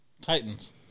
Titans